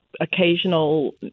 occasional